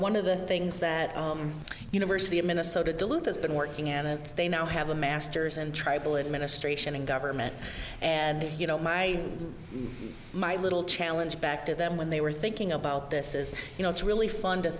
one of the things that university of minnesota duluth has been working and they now have a master's in tribal administration in government and you know my my little challenge back to them when they were thinking about this is you know it's really fun to